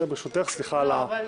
ברשותך, סליחה על העיכוב.